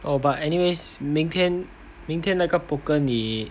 oh but anyways 明天明天那个 poker 你